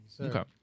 Okay